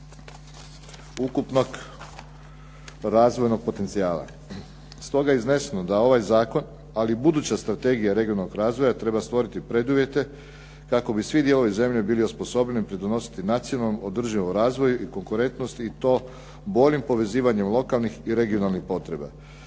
izgradnje ukupnog razvojnog potencijala. Stoga je iznešeno da ovaj zakon, ali buduća strategija regionalnog razvoja, treba stvoriti preduvjete, kako bi svi dijelovi zemlje biti osposobljeni pridonositi nacionalnom održivom razvoju i konkurentnosti i to boljim povezivanjem lokalnih i regionalnih potreba.